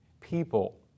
people